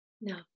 No